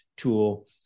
tool